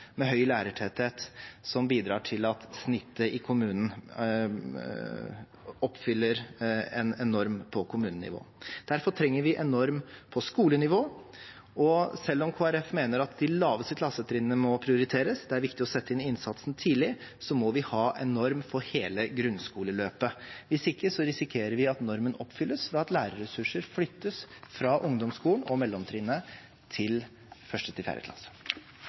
med høy lærertetthet som bidrar til at snittet i kommunen oppfyller en norm på kommunenivå. Derfor trenger vi en norm på skolenivå. Og selv om Kristelig Folkeparti mener at de laveste klassetrinnene må prioriteres – det er viktig å sette inn innsatsen tidlig – må vi ha en norm for hele grunnskoleløpet. Hvis ikke risikerer vi at normen oppfylles ved at lærerressurser flyttes fra ungdomsskolen og mellomtrinnet til